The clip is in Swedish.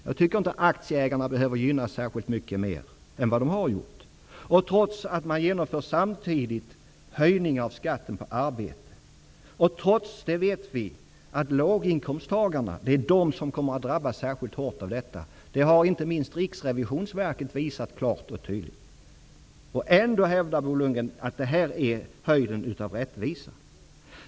Jag tycker inte att aktieägarna behöver gynnas särskilt mycket mer än vad som har skett, samtidigt som man har genomfört höjningar av skatten på arbete. Vi vet också att låginkomsttagarna kommer att drabbas särskilt hårt av detta. Det har inte minst Riksrevisionsverket klart och tydligt visat. Ändå hävdar Bo Lundgren att detta är höjden av rättvisa.